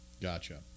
Gotcha